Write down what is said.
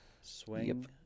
Swing